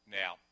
now